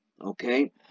okay